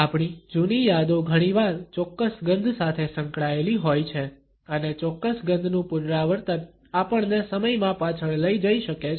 આપણી જૂની યાદો ઘણીવાર ચોક્કસ ગંધ સાથે સંકળાયેલી હોય છે અને ચોક્કસ ગંધનું પુનરાવર્તન આપણને સમયમાં પાછળ લઈ જઈ શકે છે